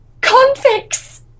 convicts